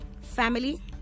Family